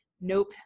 nope